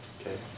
Okay